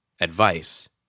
advice